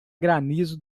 granizo